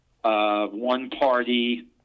one-party